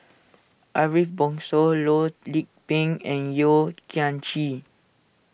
Ariff Bongso Loh Lik Peng and Yeo Kian Chye